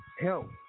help